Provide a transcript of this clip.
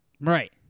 right